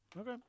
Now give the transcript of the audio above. Okay